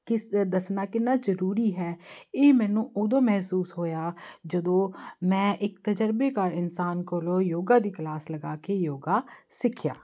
ਕਿਸ ਦੇ ਦੱਸਣਾ ਕਿੰਨਾ ਜ਼ਰੂਰੀ ਹੈ ਇਹ ਮੈਨੂੰ ਉਦੋਂ ਮਹਿਸੂਸ ਹੋਇਆ ਜਦੋਂ ਮੈਂ ਇੱਕ ਤਜ਼ਰਬੇਕਾਰ ਇਨਸਾਨ ਕੋਲੋਂ ਯੋਗਾ ਦੀ ਕਲਾਸ ਲਗਾ ਕੇ ਯੋਗਾ ਸਿੱਖਿਆ